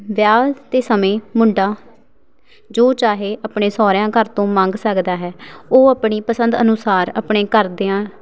ਵਿਆਹ ਦੇ ਸਮੇਂ ਮੁੰਡਾ ਜੋ ਚਾਹੇ ਆਪਣੇ ਸਹੁਰਿਆਂ ਘਰ ਤੋਂ ਮੰਗ ਸਕਦਾ ਹੈ ਉਹ ਆਪਣੀ ਪਸੰਦ ਅਨੁਸਾਰ ਆਪਣੇ ਘਰਦਿਆਂ